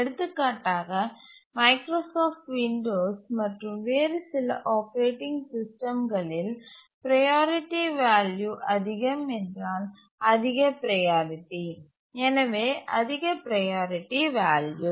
எடுத்துக்காட்டாக Microsoft Windows மற்றும் வேறு சில ஆப்பரேட்டிங் சிஸ்டம்களில் ப்ரையாரிட்டி வால்யூ அதிகம் என்றால் அதிக ப்ரையாரிட்டி எனவே அதிக ப்ரையாரிட்டி வேல்யூ